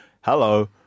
hello